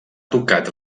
tocat